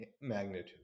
magnitude